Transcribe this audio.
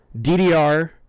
DDR